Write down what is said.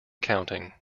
counting